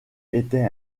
était